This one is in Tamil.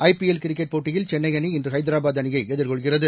ஐபிஎல் கிரிக்கெட் போட்டியில் சென்னை அணி இன்று ஹைதராபாத் அணியை எதிர்கொள்கிறது